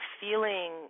feeling